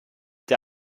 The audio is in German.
der